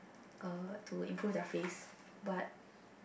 uh to improve their face but